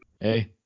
Hey